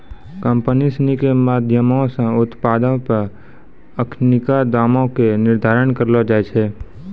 company सिनी के माधयमो से उत्पादो पे अखिनका दामो के निर्धारण करलो जाय छै